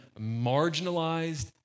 marginalized